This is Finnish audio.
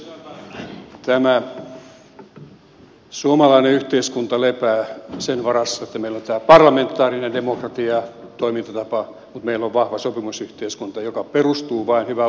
tämä suomalainen yhteiskunta lepää sen varassa että meillä on tämä parlamentaarisen demokratian toimintatapa mutta meillä on vahva sopimusyhteiskunta joka perustuu vain hyvään luottamukseen ja hyvään yhteistyöhön